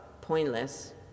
pointless